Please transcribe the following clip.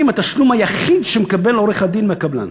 התשלום היחיד שמקבל עורך-הדין מהקבלן.